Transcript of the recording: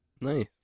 Nice